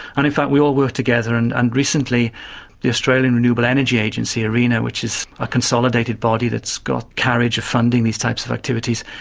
and in fact we all work together, and and recently the australian renewable energy agency, arena which is a consolidated body that's got carriage of funding these types of activities,